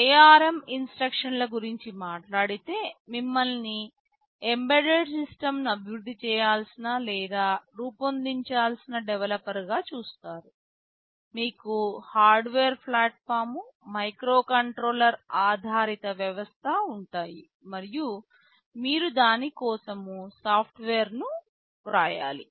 ARM instruction set గురించి మాట్లాడితే మిమ్మల్ని ఎంబెడెడ్ సిస్టమ్ను అభివృద్ధి చేయాల్సిన లేదా రూపొందించాల్సిన డెవలపర్గా చూస్తారు మీకు హార్డ్వేర్ ప్లాట్ఫాం మైక్రోకంట్రోలర్ ఆధారిత వ్యవస్థ ఉంటాయి మరియు మీరు దాని కోసం సాఫ్ట్వేర్ను వ్రాయాలి